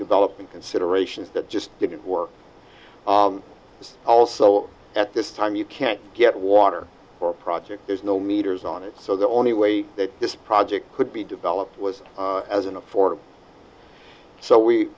development considerations that just didn't work also at this time you can't get water for a project there's no meters on it so the only way that this project could be developed was as an affordable so we